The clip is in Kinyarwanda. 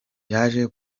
yaje